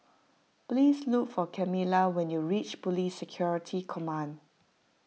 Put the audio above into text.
please look for Kamila when you reach Police Security Command